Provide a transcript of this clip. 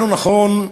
נכון,